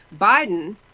Biden